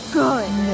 good